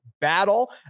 battle